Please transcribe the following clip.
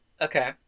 Okay